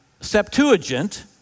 Septuagint